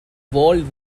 vault